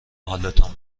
حالتان